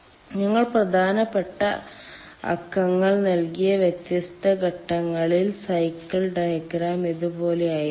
ഞങ്ങൾ പ്രധാനപ്പെട്ട അക്കങ്ങൾ നൽകിയ വ്യത്യസ്ത ഘട്ടങ്ങളിൽ സൈക്കിൾ ഡയഗ്രം ഇതുപോലെയായിരിക്കും